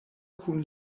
kun